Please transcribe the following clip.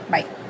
Bye